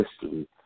history